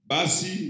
Basi